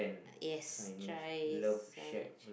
yes try signage